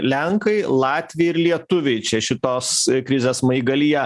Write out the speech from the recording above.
lenkai latviai ir lietuviai čia šitos krizės smaigalyje